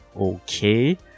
okay